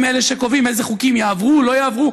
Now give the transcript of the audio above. אלה שקובעים איזה חוקים יעברו או לא יעברו,